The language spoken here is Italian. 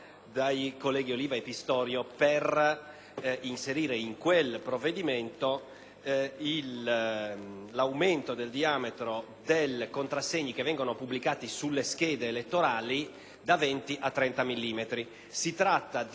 millimetri del diametro dei contrassegni che vengono pubblicati sulleschede elettorali*.* Si tratta di una norma che è stata introdotta con la legge elettorale n. 270 del 2005per